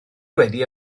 wedi